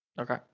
Okay